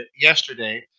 yesterday